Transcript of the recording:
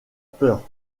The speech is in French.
peur